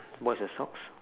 what's the socks